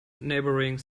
neighboring